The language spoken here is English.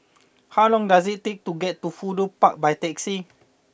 how long does it take to get to Fudu Park by taxi